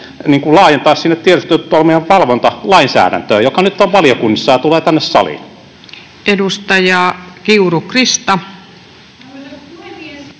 laajentaa sinne tiedustelutoiminnan valvontalainsäädäntöön, joka nyt on valiokunnissa ja tulee tänne saliin. Arvoisa